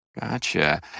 Gotcha